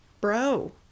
bro